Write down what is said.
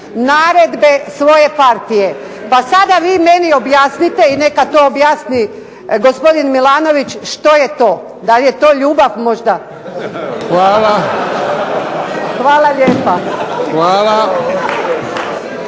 naredbe svoje partije, pa sada vi meni objasnite i neka to objasni meni gospodin Milanović što je to. Da li je to ljubav možda? Hvala lijepa.